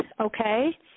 okay